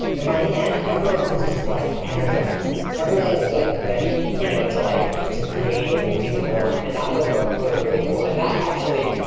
and by the end, everyone was just like energized. everyone was like ready you know to like to create and do more. and that was what was really cool. and that, actually,